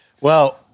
Well-